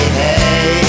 hey